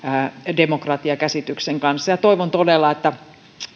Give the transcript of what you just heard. demokratiakäsityksen kanssa toivon todella että